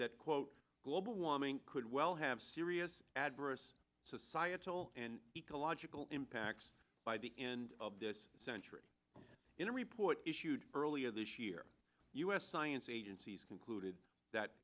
that quote global warming could well have serious adverse societal and ecological impacts by the end of this century in a report issued earlier this year u s science agencies concluded that